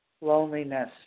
loneliness